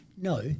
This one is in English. no